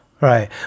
Right